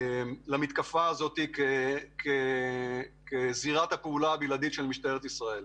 למתקפה הזו כזירת הפעולה הבלעדית של משטרת ישראל.